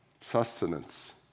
sustenance